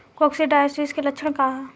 Coccidiosis के लक्षण का ह?